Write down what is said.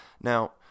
Now